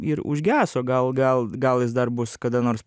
ir užgeso gal gal gal jis dar bus kada nors